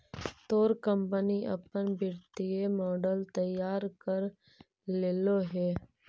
तोर कंपनी अपन वित्तीय मॉडल तैयार कर लेलो हे?